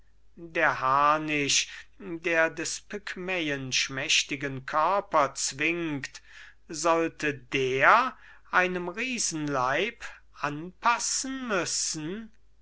der harnisch der des pygmäen schmächtigen körper zwingt sollte der einem riesenleib anpassen müssen